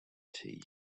tea